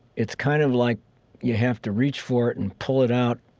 it's kind of like you have to reach for it and pull it out,